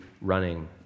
running